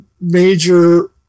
major